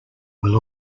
will